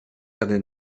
arnyn